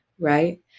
right